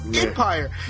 Empire